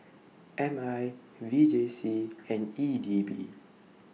M I V J C and E D B